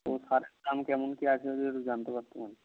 তো সারের দাম কেমন কী আছে যদি একটু জানতে পারতাম আর কি